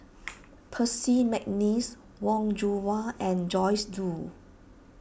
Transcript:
Percy McNeice Wong Yoon Wah and Joyce Jue